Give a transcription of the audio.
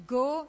go